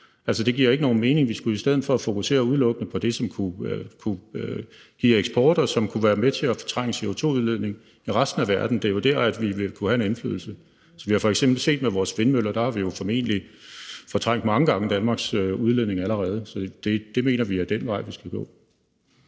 Altså, det giver jo ikke nogen mening. Vi skulle i stedet for fokusere udelukkende på det, som giver eksport, og som kunne være med til at fortrænge CO2-udledningen i resten af verden. Det er jo der, vi vil kunne have en indflydelse. Vi har f.eks. set med vores vindmøller, at vi formentlig har fortrængt mange gange Danmarks udledning allerede. Så det mener vi er den vej vi skal gå.